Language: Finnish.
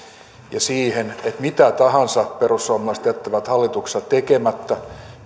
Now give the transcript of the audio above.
ja siihen että mitä tahansa perussuomalaiset jättävät hallituksessa tekemättä